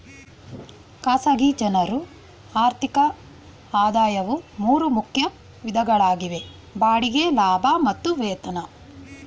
ಖಾಸಗಿ ಜನ್ರು ಆರ್ಥಿಕ ಆದಾಯವು ಮೂರು ಮುಖ್ಯ ವಿಧಗಳಾಗಿವೆ ಬಾಡಿಗೆ ಲಾಭ ಮತ್ತು ವೇತನ